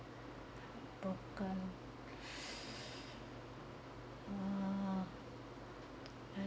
broken uh !ai~